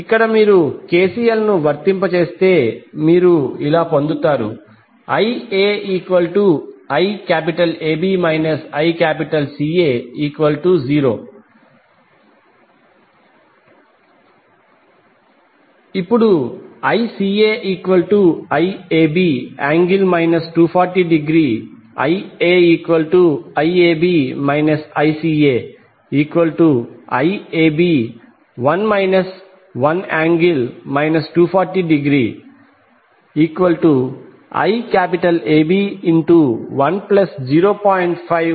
ఇక్కడ మీరు KCL ను వర్తింపజేస్తే మీరు ఇలా పొందుతారు IaIAB ICA0 ఇప్పుడు ICAIAB∠ 240° IaIAB ICAIAB1 1∠ 240° IAB10